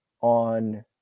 on